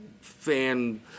fan